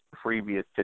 previous